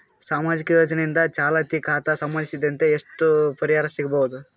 ಸಾಮಾಜಿಕ ಯೋಜನೆಯಿಂದ ಚಾಲತಿ ಖಾತಾ ಸಂಬಂಧಿಸಿದಂತೆ ಎಷ್ಟು ಪರಿಹಾರ ಸಿಗಬಹುದು?